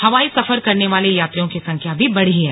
हवाई सफर करने वाले यात्रियों की संख्या भी बढ़ी है